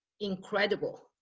incredible